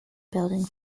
building